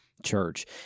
church